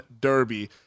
Derby